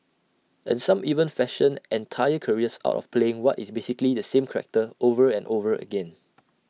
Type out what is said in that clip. and some even fashion entire careers out of playing what is basically the same character over and over again